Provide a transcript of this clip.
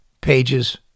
pages